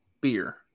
beer